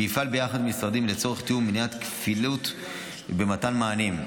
ויפעל ביחד עם המשרדים לצורך תיאום ומניעת כפילות במתן מענים.